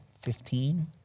fifteen